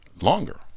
longer